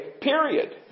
period